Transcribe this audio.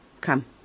Come